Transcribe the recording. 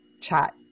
chat